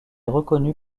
reconnus